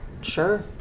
Sure